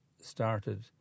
started